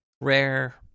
rare